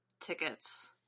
tickets